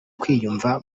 kwiyumva